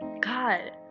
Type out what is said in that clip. God